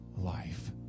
life